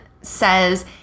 says